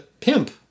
pimp